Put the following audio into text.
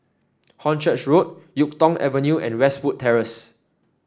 Hornchurch Road YuK Tong Avenue and Westwood Terrace